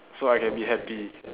so I can be happy